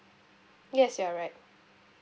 yes you're right